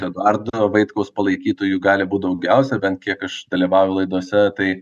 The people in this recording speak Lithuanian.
eduardo vaitkaus palaikytojų gali būt daugiausia bent kiek aš dalyvauju laidose tai